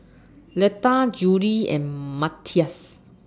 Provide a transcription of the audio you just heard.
Leda Julie and Matthias